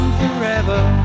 forever